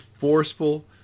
forceful